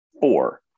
four